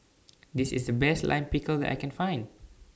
This IS The Best Lime Pickle that I Can Find